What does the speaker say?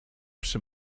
przy